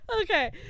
Okay